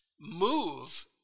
Move